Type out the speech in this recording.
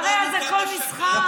הרי הכול משחק.